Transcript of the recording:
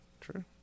True